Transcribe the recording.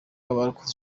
abarokotse